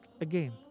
again